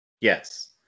Yes